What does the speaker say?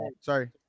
Sorry